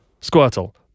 Squirtle